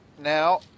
now